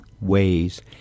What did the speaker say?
ways